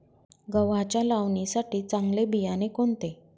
गव्हाच्या लावणीसाठी चांगले बियाणे कोणते?